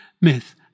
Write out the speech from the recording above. myth